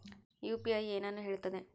UPI ಏನನ್ನು ಹೇಳುತ್ತದೆ?